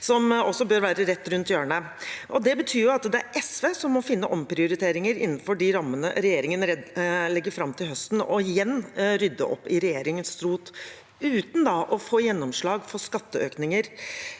som også bør være rett rundt hjørnet. Det betyr jo at det er SV som må finne omprioriteringer innenfor de rammene regjeringen legger fram til høsten, og igjen rydde opp i regjeringens rot, uten da å få gjennomslag for skatteøkninger.